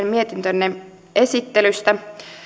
mietintönne esittelystä